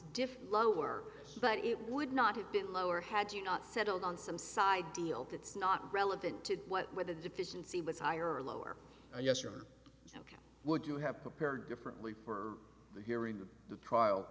different lower but it would not have been lower had you not settled on some side deal that's not relevant to what were the deficiency was higher or lower yes or ok would you have prepared differently for the hearing of the